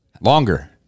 Longer